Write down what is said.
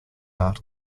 art